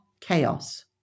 chaos